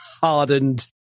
hardened